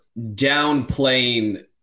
downplaying